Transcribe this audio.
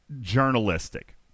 journalistic